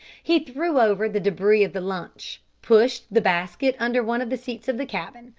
he threw over the debris of the lunch, pushed the basket under one of the seats of the cabin,